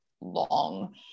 long